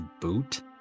boot